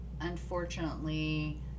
Unfortunately